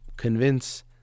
convince